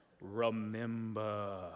Remember